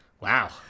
Wow